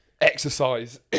exercise